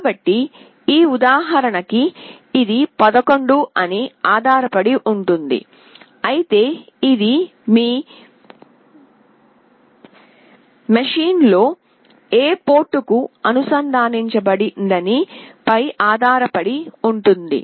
కాబట్టి ఈ ఉదాహరణకి ఇది 11 అని ఆధారపడి ఉంటుంది అయితే ఇది మీ మెషీన్లో ఏ పోర్టుకు అనుసంధానించబడిందనే దానిపై ఆధారపడి ఉంటుంది